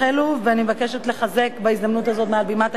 ובהזדמנות זו אני מבקשת לחזק מעל בימת הכנסת